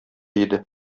иде